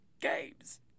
games